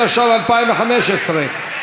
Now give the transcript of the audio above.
התשע"ו 2015,